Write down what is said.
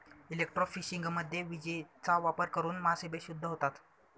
इलेक्ट्रोफिशिंगमध्ये विजेचा वापर करून मासे बेशुद्ध होतात